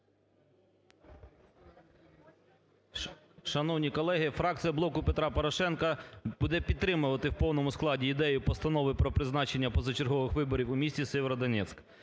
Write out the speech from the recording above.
Шановні колеги, фракція "Блоку Петра Порошенка" буде підтримувати в повному складі ідею Постанови про призначення позачергових виборів у місті Сєвєродонецьк.